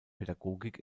pädagogik